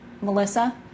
Melissa